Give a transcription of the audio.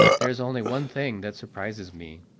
there is only one thing that surprises me.